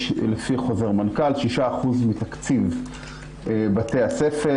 לפי חוזר מנכ"ל 6% מתקציב בתי הספר